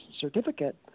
certificate